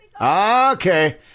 Okay